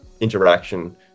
interaction